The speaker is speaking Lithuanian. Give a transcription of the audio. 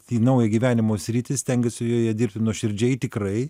į naują gyvenimo sritį stengiuosi joje dirbti nuoširdžiai tikrai